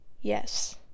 Yes